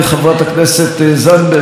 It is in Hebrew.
חברת הכנסת זנדברג,